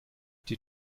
die